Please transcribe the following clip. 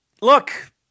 Look